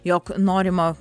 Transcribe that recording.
jog norima